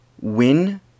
win